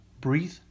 Breathe